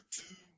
two